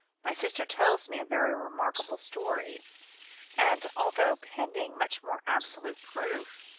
my sister tells me a very remarkable story and although, pending much more absolute proof,